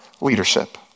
leadership